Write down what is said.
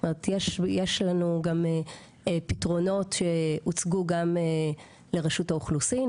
יש לנו גם פתרונות שהוצגו גם לרשות האוכלוסין